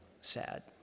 sad